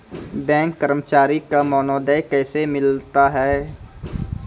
Bank कर्मचारी का मानदेय कैसे मिलता हैं?